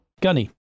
Gunny